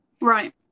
Right